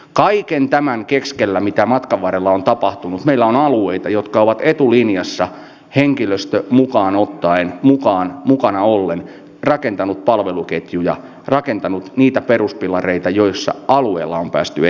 kaiken tämän keskellä mitä matkan varrella on tapahtunut meillä on alueita jotka ovat etulinjassa henkilöstö mukana ollen rakentaneet palveluketjuja rakentaneet niitä peruspilareita joilla alueella on päästy eteenpäin